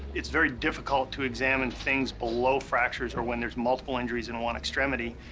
it's very difficult to examine things below fractures or when there's multiple injuries in one extremity,